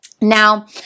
Now